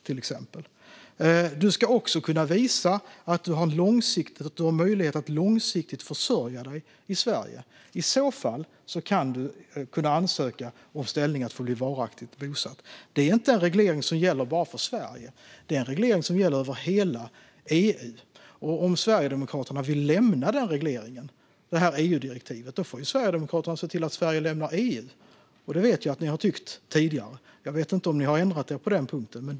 Du ska för det tredje kunna visa att du har möjlighet att långsiktigt försörja dig i Sverige. I så fall kan du ansöka om ställning som varaktigt bosatt. Det är inte en reglering som gäller bara för Sverige, utan det är en reglering som gäller över hela EU. Om Sverigedemokraterna vill lämna EU-direktivet får Sverigedemokraterna se till att Sverige lämnar EU. Jag vet att ni har tyckt så tidigare, men jag vet inte om ni har ändrat er på den punkten.